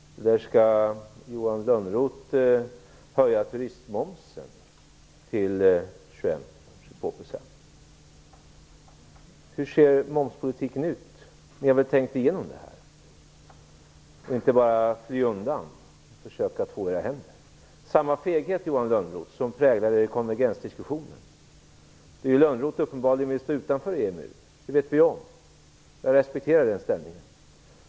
Eller skall Johan Lönnroth höja turistmomsen till 21-22 %? Hur ser momspolitiken ut? Ni har väl tänkt igenom det här, ni flyr väl inte bara undan och försöker två era händer? Det är samma feghet som präglar Vänsterpartiet i konvergensdiskussionen. Johan Lönnroth vill ju uppenbarligen stå utanför EMU. Det vet vi om och jag respekterar den inställningen.